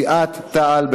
סיעת תע"ל,